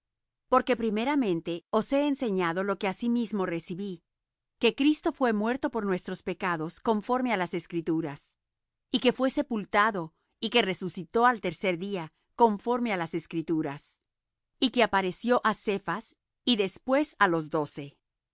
porque primeramente os he enseñado lo que asimismo recibí que cristo fué muerto por nuestros pecados conforme á las escrituras y que fué sepultado y que resucitó al tercer día conforme á las escrituras y que apareció á cefas y después á los doce